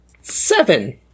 seven